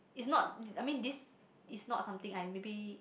it's not th~ I mean this is not something I maybe